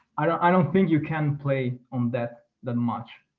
i don't i don't think you can play on that that much.